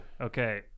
okay